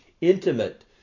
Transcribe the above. intimate